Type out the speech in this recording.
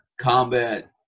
combat